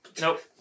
Nope